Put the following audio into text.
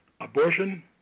abortion